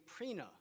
Prina